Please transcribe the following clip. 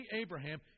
Abraham